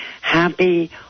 happy